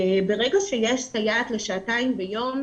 ברגע שיש סייעת לשעתיים ביום,